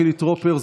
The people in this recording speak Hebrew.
חילי טרופר,